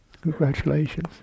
Congratulations